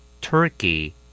Turkey